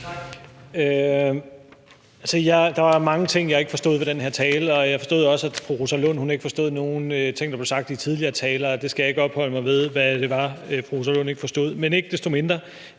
Tak. Der var mange ting, jeg ikke forstod ved den her tale, men jeg forstod, at der var nogle ting, der blev sagt i tidligere taler, som fru Rosa Lund ikke forstod. Jeg skal ikke opholde mig ved, hvad det var, fru Rosa Lund ikke forstod. Men ikke desto mindre: